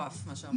בסדר?